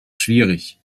schwierig